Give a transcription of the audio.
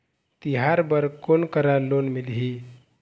तिहार बर कोन करा लोन मिलही?